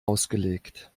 ausgelegt